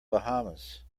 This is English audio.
bahamas